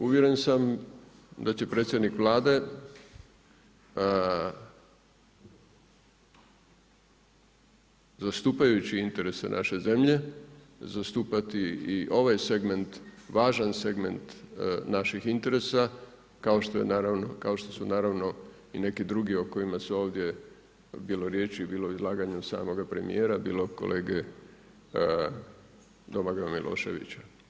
Uvjeren sam da će predsjednik Vlade zastupajući interese naše zemlje zastupati i ovaj segment, važan segment naših interesa kao što je naravno, kao što su naravno i neki drugi o kojima je ovdje bilo riječi, bilo izlaganjem samoga premijera, bilo kolege Domagoja Miloševića.